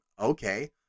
okay